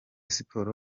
sports